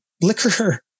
liquor